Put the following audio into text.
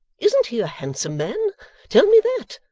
isn't he a handsome man tell me that.